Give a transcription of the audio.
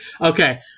Okay